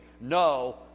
No